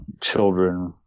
children